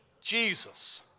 Jesus